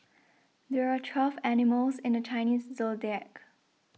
there are twelve animals in the Chinese zodiac